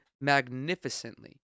magnificently